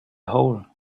hole